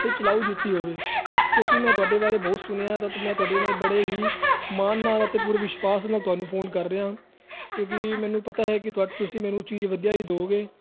ਅਤੇ ਚਲਾਊ ਜੁੱਤੀ ਹੋਵੇ ਕਿਉਂਕਿ ਮੈਂ ਤੁਹਾਡੇ ਬਾਰੇ ਬਹੁਤ ਸੁਣਿਆ ਮੈਂ ਤੁਹਾਡੇ ਨਾਲ ਬੜੇ ਹੀ ਮਾਣ ਨਾਲ ਅਤੇ ਪੂਰੇ ਵਿਸ਼ਵਾਸ ਨਾਲ ਤੁਹਾਨੂੰ ਫੋਨ ਕਰ ਰਿਹਾ ਕਿਉਂਕਿ ਮੈਨੂੰ ਪਤਾ ਹੈ ਕਿ ਤੁਹਾ ਤੁਸੀਂ ਮੈਨੂੰ ਚੀਜ਼ ਵਧੀਆ ਹੀ ਦਿਓਗੇ